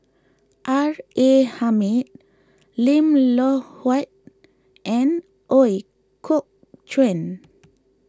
R A Hamid Lim Loh Huat and Ooi Kok Chuen